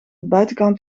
buitenkant